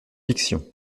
fiction